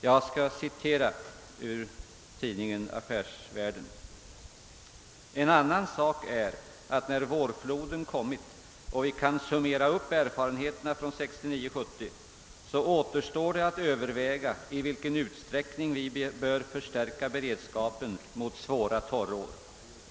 Jag citerar: »En annan sak är att när vårfloden kommit och vi kan summera upp erfarenheterna från 1969/70, så återstår det att överväga i vilken utsträckning vi bör förstärka beredskapen mot svåra torrår.